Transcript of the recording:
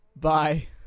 Bye